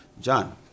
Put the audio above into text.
John